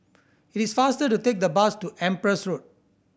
it is faster to take the bus to Empress Road